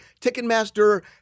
Ticketmaster